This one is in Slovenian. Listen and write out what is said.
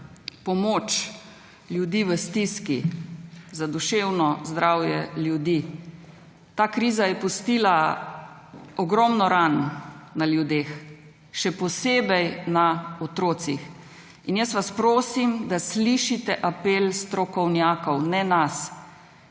pomoč ljudi v stiski, za duševno zdravje ljudi. Ta kriza je pustila ogromno ran na ljudeh, še posebej na otrocih. Jaz vas prosim, da slišite apel strokovnjakov, ne nas,